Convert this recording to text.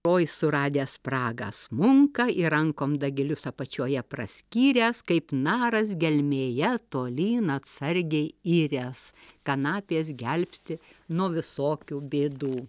oi suradęs spragą smunka ir rankom dagilius apačioje praskyręs kaip naras gelmėje tolyn atsargiai irias kanapės gelbsti nuo visokių bėdų